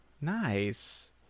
Nice